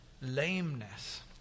lameness